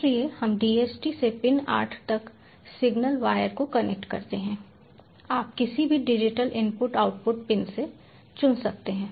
इसलिए हम DHT से पिन 8 तक सिग्नल वायर को कनेक्ट करते हैं आप किसी भी डिजिटल इनपुट आउटपुट पिन से चुन सकते हैं